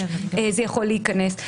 זה יכול להיכנס.